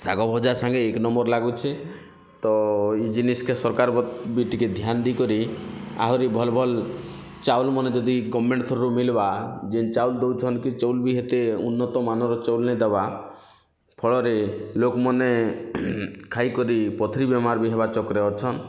ଶାଗ ଭଜା ସାଙ୍ଗେ ଏକ ନମ୍ୱର ଲାଗୁଛି ତ ଏଇ ଜିନିଷ୍ କେ ସରକାର ବି ଟିକେ ଧ୍ୟାନ୍ ଦେଇ କରି ଆହୁରି ଭଲ୍ ଭଲ୍ ଚାଉଲ୍ମାନ ଯଦି ଗମେଣ୍ଟ ତରଫରୁ ମିଲ୍ବା ଯେନ୍ ଚାଉଲ୍ ଦଉଛନ୍ ଚାଉଲ୍ ବି ହେତେ ଉନ୍ନତମାନର ଚାଉଲ୍ ନାଇଁ ଦବା ଫଳରେ ଲୋକ୍ମାନେ ଖାଇ କରି ପଥରି ବେମାରୀ ହେବା ଚକ୍କର୍ରେ ଅଛନ୍